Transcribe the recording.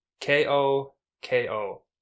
K-O-K-O